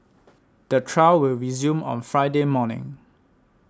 the trial will resume on Friday morning